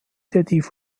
genehmigte